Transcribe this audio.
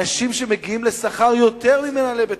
אנשים שמגיעים לשכר יותר גבוה משכר של מנהלי בתי-החולים,